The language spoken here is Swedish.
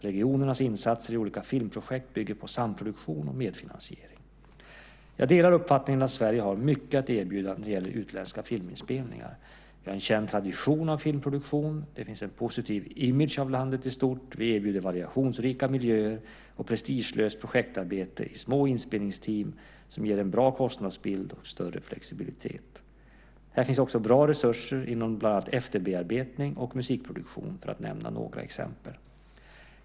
Regionernas insatser i olika filmprojekt bygger på samproduktion och medfinansiering. Jag delar uppfattningen att Sverige har mycket att erbjuda när det gäller utländska filminspelningar. Vi har en känd tradition av filmproduktion, det finns en positiv image av landet i stort, vi erbjuder variationsrika miljöer och prestigelöst projektarbete i små inspelningsteam som ger en bra kostnadsbild och större flexibilitet. Här finns också bra resurser inom bland annat efterbearbetning och musikproduktion, för att nämna några exempel.